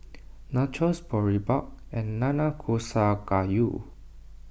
Nachos Boribap and Nanakusa Gayu